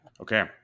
Okay